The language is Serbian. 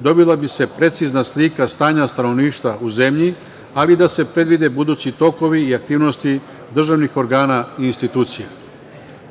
dobila bi se precizna slika stanja stanovništva u zemlji, ali da se predvide budući tokovi i aktivnosti državnih organa i institucija.